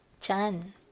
chan